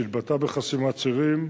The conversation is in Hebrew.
שהתבטאה בחסימת צירים,